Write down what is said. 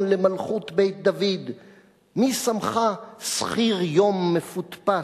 למלכות בית-דוד?/ מי שמך שכיר-יום מפוטפט,